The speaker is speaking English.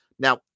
Now